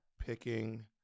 Picking